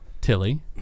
Tilly